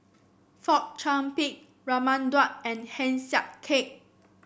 Fong Chong Pik Raman Daud and Heng Swee Keat